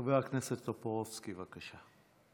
חבר הכנסת טופורובסקי, בבקשה.